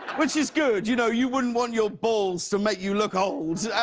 which is good, you know, you wouldn't want your balls to make you look old.